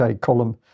Column